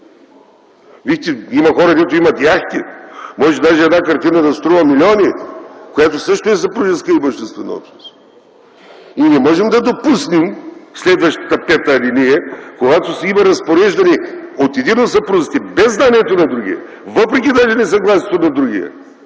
Вече има хора, които имат яхти. Може даже една картина да струва милиони, която също е съпружеска имуществена общност. Ние не можем да допуснем следващата ал. 5, когато има разпореждане от единия от съпрузите без знанието на другия, въпреки даже несъгласието на другия,